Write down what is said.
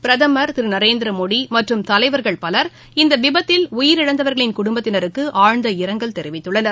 பிரதமர் திருநரேந்திரமோடிமற்றும் தலைவர்கள் பவர் இந்தவிபத்தில் உயிரிழந்தவர்களின் குடும்பத்தினருக்குஆழ்ந்த இரங்கல் தெரிவித்துள்ளனர்